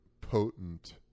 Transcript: potent